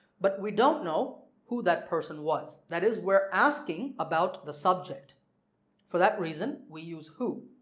but we don't know who that person was that is we're asking about the subject for that reason we use who.